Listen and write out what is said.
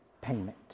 payment